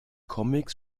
comics